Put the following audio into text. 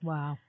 Wow